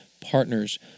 partners